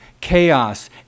chaos